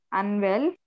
unwell